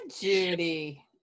Judy